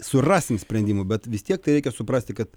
surasim sprendimų bet vis tiek tai reikia suprasti kad